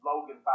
Logan